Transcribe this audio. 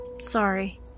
sorry